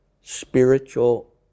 spiritual